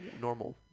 normal